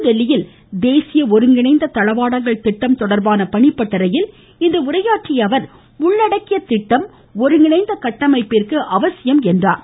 புதுதில்லியில் தேசிய ஒருங்கிணைந்த தளவாடங்கள் திட்டம் தொடர்பான பணிபட்டறையில் இன்று உரையாற்றிய அவர் உள்ளடக்கிய திட்டம் ஒருங்கிணைந்த கட்டமைப்பிற்கு அவசியம் என்றார்